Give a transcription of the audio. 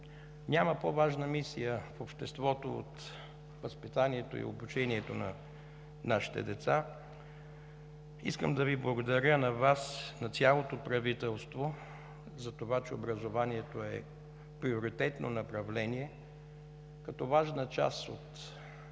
няма по-важна мисия от възпитанието и обучението на нашите деца. Искам да благодаря на Вас и на цялото правителство, че образованието е приоритетно направление и важна част от